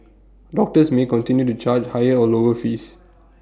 doctors may continue to charge higher or lower fees